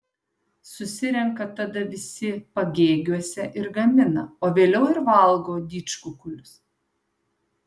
susirenka tada visi pagėgiuose ir gamina o vėliau ir valgo didžkukulius